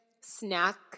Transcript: snack